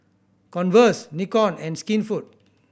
Converse Nikon and Skinfood